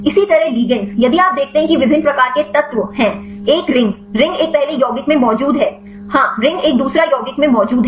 इसी तरह लिगेंड्स यदि आप देखते हैं कि विभिन्न प्रकार के तत्व elements हैं एक रिंग रिंग एक पहले यौगिक में मौजूद है हाँ रिंग एक दूसरा यौगिक मै मौजूद है